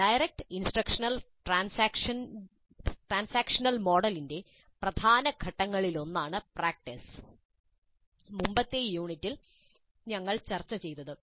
direct ഇൻസ്ട്രക്ഷന്റെ transactional മോഡലിന്റെ പ്രധാന ഘട്ടങ്ങളിലൊന്നാണ് പ്രാക്ടീസ് മുമ്പത്തെ യൂണിറ്റിൽ ഞങ്ങൾ ചർച്ചചെയ്തത്